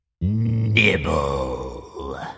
Nibble